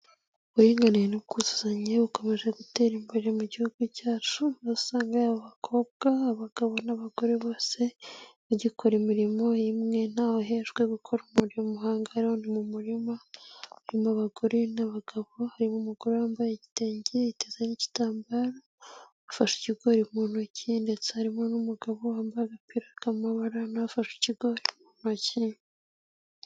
Uburinganire n'ubwuzuzanye bukomeje gutera imbere mu gihugu cyacu, aho usanga abakobwa, abagabo n'abagore bose bakora imirimo imwe ntawe uhejwe gukora umurimo, ahangaha ni mu murima urimo abagore n'abagabo, hari umugore wambaye igitenge yiteze n'igitambaro ufashe ikigori mu ntoki ndetse harimo n'umugabo wambaye agapira k'amabara na we afashe ikigori mu ntoki.